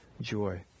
joy